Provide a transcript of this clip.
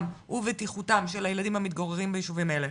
ובטיחותם של הילדים המתגוררים בישובים האלה.